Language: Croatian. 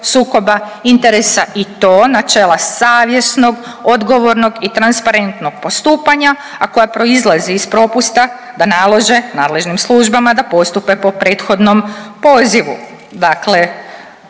sukoba interesa i to načela savjesnog, odgovornog i transparentnog postupanja, a koje proizlaze iz propusta da nalože nadležnim službama da postupe po prethodnom pozivu.